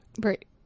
Right